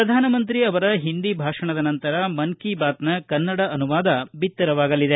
ಪ್ರಧಾನಮಂತ್ರಿ ಅವರ ಹಿಂದಿ ಭಾಷಣದ ನಂತರ ಮನ್ ಕಿ ಬಾತ್ನ ಕನ್ನಡ ಅನುವಾದ ಬಿತ್ತರವಾಗಲಿದೆ